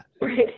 right